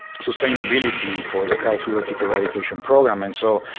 sustainability for the cattle fever tick eradication program. and so,